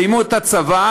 הם סיימו את הצבא,